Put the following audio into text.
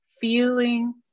feeling